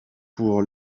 pour